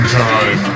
time